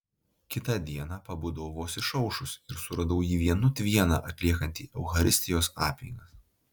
kitą dieną pabudau vos išaušus ir suradau jį vienut vieną atliekantį eucharistijos apeigas